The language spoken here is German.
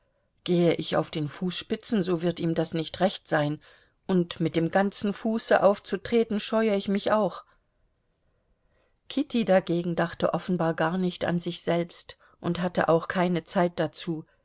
gehe ich auf den fußspitzen so wird ihm das nicht recht sein und mit dem ganzen fuße aufzutreten scheue ich mich auch kitty dagegen dachte offenbar gar nicht an sich selbst und hatte auch keine zeit dazu